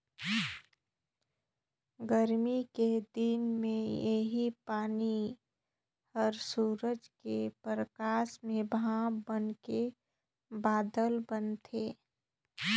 गरमी के दिन मे इहीं पानी हर सूरज के परकास में भाप बनके बादर बनथे